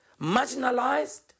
marginalized